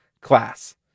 class